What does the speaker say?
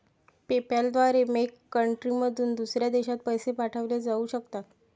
PayPal द्वारे मेक कंट्रीमधून दुसऱ्या देशात पैसे पाठवले जाऊ शकतात